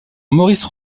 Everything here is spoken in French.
maurice